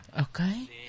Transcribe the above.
Okay